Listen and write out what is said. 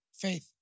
Faith